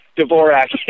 Dvorak